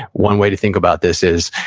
one way to think about this is,